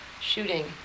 shooting